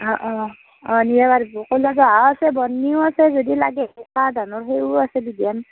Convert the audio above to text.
অঁ অঁ অঁ নিব পাৰিব ক'লা জহাও আছে বন্নিও আছে যদি লাগে ধানৰ সেইও আছে বিধান